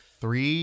three